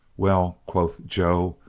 well, quoth joe,